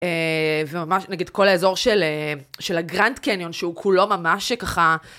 וממש נגיד כל האזור של הגרנד קניון שהוא כולו ממש ככה.